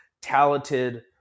talented –